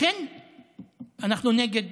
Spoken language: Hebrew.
לכן אנחנו נגד